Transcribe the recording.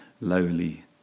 lowly